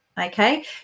okay